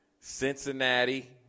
Cincinnati